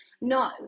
no